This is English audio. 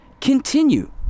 Continue